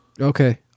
Okay